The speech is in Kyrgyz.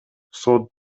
сот